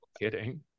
Kidding